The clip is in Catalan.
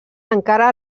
encara